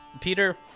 Peter